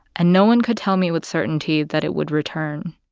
and no one could tell me with certainty that it would return